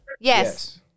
Yes